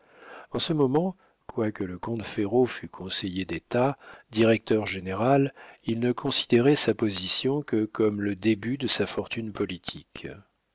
en ce moment quoique le comte ferraud fût conseiller d'état directeur-général il ne considérait sa position que comme le début de sa fortune politique